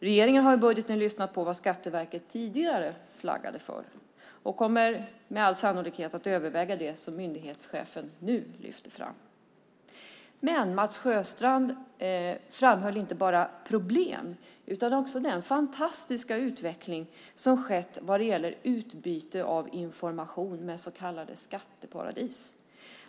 Regeringen har i budgeten lyssnat på vad Skatteverket tidigare flaggade för och kommer med all sannolikhet att överväga det som myndighetschefen nu lyfter fram. Men Mats Sjöstrand framhöll inte bara problem utan också den fantastiska utveckling som skett vad gäller utbyte av information med så kallade skatteparadis.